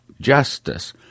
Justice